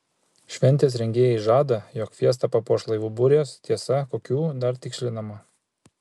šventės rengėjai žada jog fiestą papuoš laivų burės tiesa kokių dar tikslinama